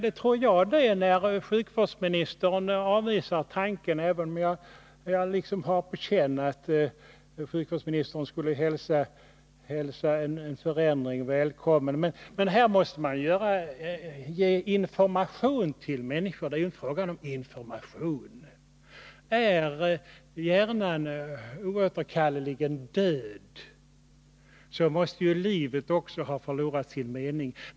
Det tror jag det, när sjukvårdsministern avvisar tanken, även om jag liksom har på känn att sjukvårdsministern skulle hälsa en förändring välkommen. Här måste man ge information till människorna. Är hjärnan oåterkalleligt död, måste livet också ha förlorat sin mening.